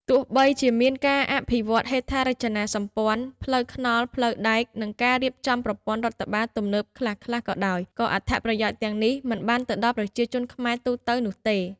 ទោះបីជាមានការអភិវឌ្ឍហេដ្ឋារចនាសម្ព័ន្ធ ផ្លូវថ្នល់ ផ្លូវដែក និងការរៀបចំប្រព័ន្ធរដ្ឋបាលទំនើបខ្លះៗក៏ដោយ ក៏អត្ថប្រយោជន៍ទាំងនេះមិនបានទៅដល់ប្រជាជនខ្មែរទូទៅនោះទេ។